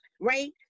right